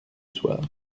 soir